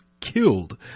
killed